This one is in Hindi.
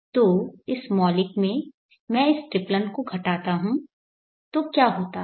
तो इस मौलिक में मैं इस ट्रिप्लन को घटाता हूं तो क्या होता है